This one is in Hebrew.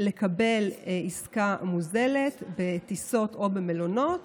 לקבל עסקה מוזלת בטיסות או במלונות